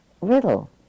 riddle